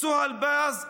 סוהא אל-באז,